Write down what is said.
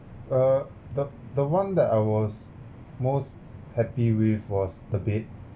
uh the the one that I was most happy with was the bed